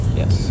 yes